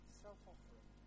self-offering